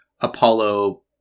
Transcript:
Apollo